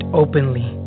openly